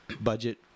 budget